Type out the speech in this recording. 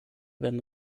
werden